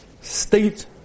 state